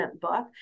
book